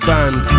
Band